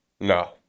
No